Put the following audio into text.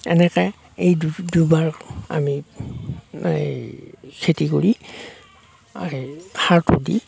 এনেকে এই দুবাৰ আমি এই খেতি কৰি খেতি কৰি সাৰটো দি